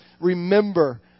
remember